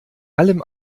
allem